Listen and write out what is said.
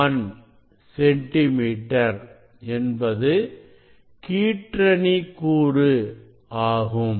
001 centimetre என்பது கீற்றணி கூறு ஆகும்